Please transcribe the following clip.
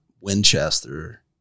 Winchester